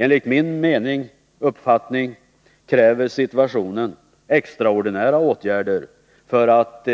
Enligt min uppfattning kräver situationen extraordinära åtgärder för att